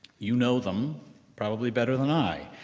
you know them probably better than i,